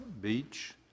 Beach